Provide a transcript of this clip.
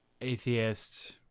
Atheist